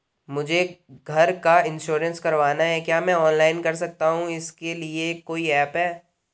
मुझे घर का इन्श्योरेंस करवाना है क्या मैं ऑनलाइन कर सकता हूँ इसके लिए कोई ऐप है?